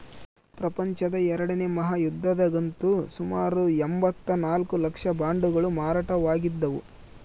ಪ್ರಪಂಚದ ಎರಡನೇ ಮಹಾಯುದ್ಧದಗಂತೂ ಸುಮಾರು ಎಂಭತ್ತ ನಾಲ್ಕು ಲಕ್ಷ ಬಾಂಡುಗಳು ಮಾರಾಟವಾಗಿದ್ದವು